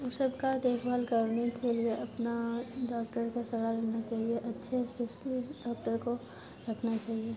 ऊ सबका देखभाल करने के लिए अपना डॉक्टर का सलाह लेना चाहिए अच्छे स्पेस्लिश्ट डॉक्टर को रखना चाहिए